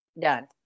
Done